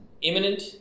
Imminent